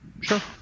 Sure